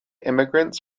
immigrants